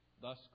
Thus